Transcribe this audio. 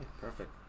perfect